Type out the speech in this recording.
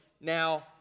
now